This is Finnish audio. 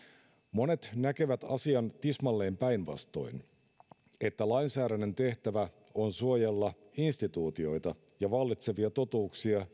monet näkevät asian tismalleen päinvastoin että lainsäädännön tehtävä on suojella instituutioita ja vallitsevia totuuksia